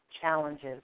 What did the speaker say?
challenges